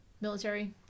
military